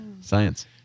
Science